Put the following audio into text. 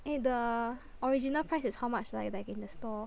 eh the original price is how much like like in the store